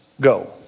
go